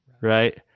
right